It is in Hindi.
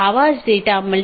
यह चीजों की जोड़ता है